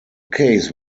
case